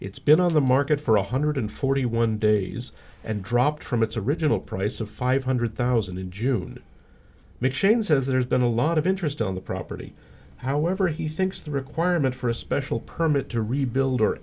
it's been on the market for one hundred forty one days and dropped from its original price of five hundred thousand in june mcshane says there's been a lot of interest on the property however he thinks the requirement for a special permit to rebuild or